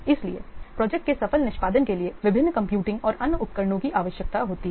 इसलिए प्रोजेक्ट के सफल निष्पादन के लिए विभिन्न कंप्यूटिंग और अन्य उपकरणों की आवश्यकता होती है